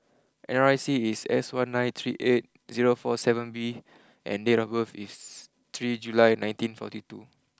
N R I C is S one nine three eight zero four seven V and date of birth is three July nineteen forty two